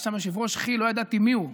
היה שם יושב-ראש כי"ל, לא ידעתי מיהו.